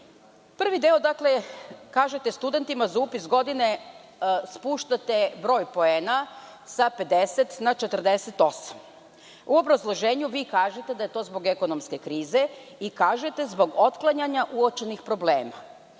deo, kažete, studentima za upis godine spuštate broj poena sa 50 na 48. U obrazloženju vi kažete da je to zbog ekonomske krize i kažete zbog otklanjanja uočenih problema.